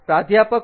પ્રાધ્યાપક પી